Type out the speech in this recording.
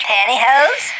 Pantyhose